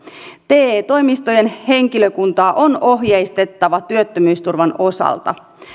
te toimistojen henkilökuntaa on ohjeistettava työttömyysturvan osalta